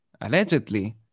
allegedly